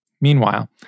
Meanwhile